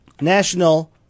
National